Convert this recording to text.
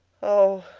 oh!